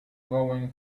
going